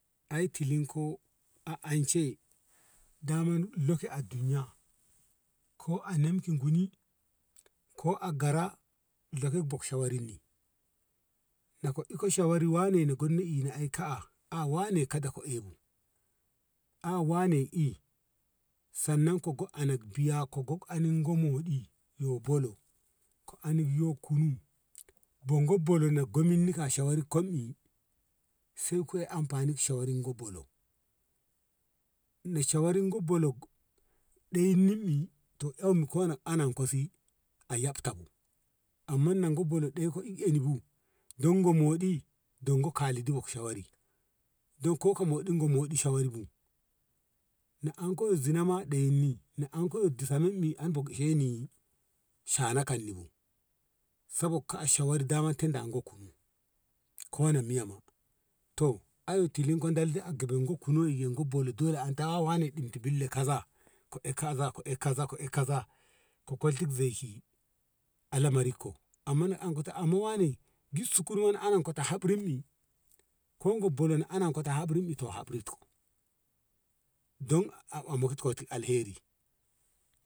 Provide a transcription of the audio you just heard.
Ai tilin ko a ance daman lo ki a dunniya ko anem ki guni ko a gara laka boksha wurin ni naka iko shawarni wane gonni ina ka`a a wane kada ka ebu a wane i sanna ko go anak biya ko gog anin go moɗi yo bolo ko ani yo kunu go bolo gominni ka shawar kom i sei koi amfani shawar ni go bolo na shawar ni bolog dayan nem i to emkona anan ko si ayabtabu amma na go bolo ɗeko i ene bu don go moɗi don go kalidi bu wak shawari don koko moɗi gomoɗi shawari bu na anko zina ma ɗeini na anko disa mam mi an bok sheni shana kanni bu sa bokka shawar dama tinda ango konni kwanan miyan ma to ai tilinko dal di a gaman kununyo yongo bonni dole an ta wane ɗinmta billa kaza ko`e kaza ko`e kaza ko`e kaza ko kolti zeishi a lamarik ko amma na anko ta amma wane gissu kur ana ta hamrim i kongo bolon anan ko hamrim i to hamrin ko don a mukkit ko alheri.